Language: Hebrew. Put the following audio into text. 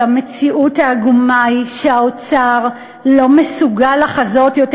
שהמציאות העגומה היא שהאוצר לא מסוגל לחזות יותר